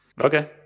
Okay